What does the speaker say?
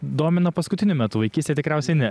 domina paskutiniu metu vaikystėj tikriausiai ne